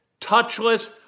touchless